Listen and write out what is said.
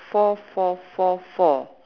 four four four four